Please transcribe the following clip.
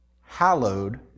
hallowed